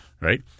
right